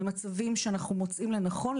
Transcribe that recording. במצבים שאנחנו מוצאים לנכון,